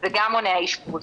זה גם מונע אשפוז.